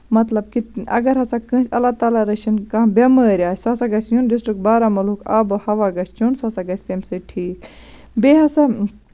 مطلب کہِ اَگر ہسا کٲنسہِ اَللہ تالہ رٔچھِنۍ کانٛہہ بٮ۪مٲرۍ آسہِ سُہ ہسا گژھِ یُن ڈِسٹرک بارہملہُک آبو ہوا گژھِ چٮ۪ون سُہ سا گژھِ تَمہِ سۭتۍ ٹھیٖک بیٚیہِ ہسا